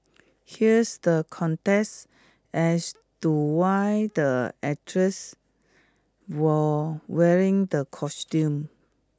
here's the contest as to why the actresses were wearing the costumes